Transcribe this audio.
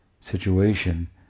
situation